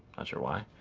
not sure why.